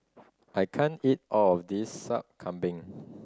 I can't eat all of this Sup Kambing